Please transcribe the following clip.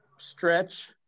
stretch